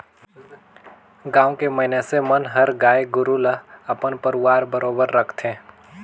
गाँव के मइनसे मन हर गाय गोरु ल अपन परवार बरोबर राखथे